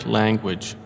language